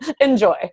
Enjoy